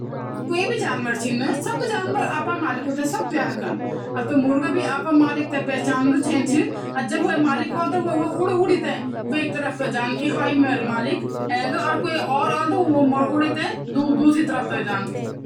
रक्षा तंत्र का रूप मा शल्यक या हैझोग खतरा मा पड़ना पर अपना शरीर ते छोटी छोटी गेंदों मा छिपे दिंदु जैसी उंकी रीढ़ की हड्डी भैर की तरफ ए जांदी, ये सी शिकारी उन्ते या उंका अंगों ते णी देखि सकदू।